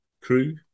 crew